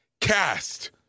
Cast